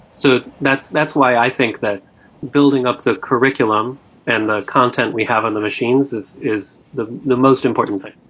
so that's that's why i think that building up the curriculum and the content we have on the machines is is the the most important thing